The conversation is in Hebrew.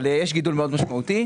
אבל יש גידול מאוד משמעותי,